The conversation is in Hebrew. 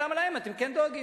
ולמה להם אתה כן דואגים?